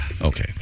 Okay